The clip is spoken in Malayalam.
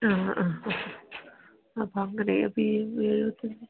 ആ ആ ആ ആ ആ അപ്പോൾ അങ്ങനെയാണ് അപ്പോൾ ഈ ഈ ചെറിയ